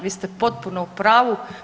Vi ste potpuno u pravu.